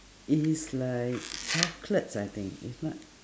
is like chocolates I think if not